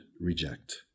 reject